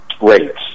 rates